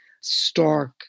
stark